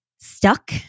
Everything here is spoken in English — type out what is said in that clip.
stuck